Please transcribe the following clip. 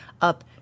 up